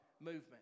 movement